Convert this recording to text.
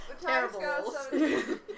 Terrible